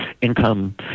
income